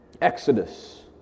exodus